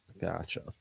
gotcha